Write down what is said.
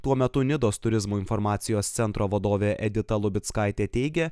tuo metu nidos turizmo informacijos centro vadovė edita lubickaitė teigia